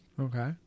Okay